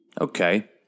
Okay